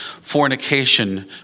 fornication